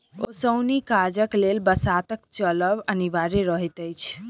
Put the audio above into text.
ओसौनी काजक लेल बसातक चलब अनिवार्य रहैत अछि